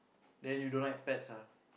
then you don't like pets ah